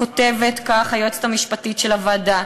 כותבת כך היועצת המשפטית של הוועדה,